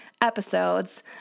episodes